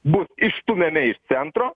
bus išstumiami iš centro